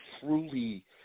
truly